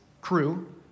crew